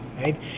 right